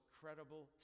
credible